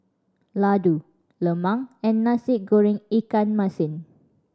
laddu lemang and Nasi Goreng ikan masin